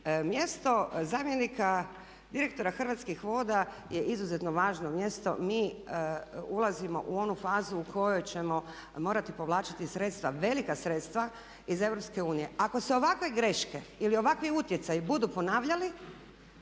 mjesto zamjenika direktora Hrvatskih voda je izuzetno važno mjesto. Mi ulazimo u onu fazu u kojoj ćemo morati povlačiti sredstva, velika sredstva, iz EU. Ako se ovakve greške ili ovakvi utjecaji budu ponavljali